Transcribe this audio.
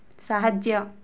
ସାହାଯ୍ୟ